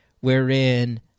wherein